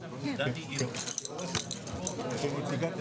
הישיבה ננעלה